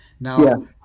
Now